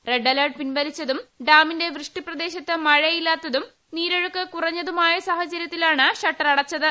red alert പിൻവലിച്ചതും ഡാമിന്റെ വൃഷ് ടിപ്രദേശത്ത് മഴയില്ലാത്തതും നീരൊഴുക്ക് കുറഞ്ഞതുമായ സാഹചര്യത്തിലാണ് ഷട്ടർ അടച്ചത്